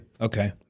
Okay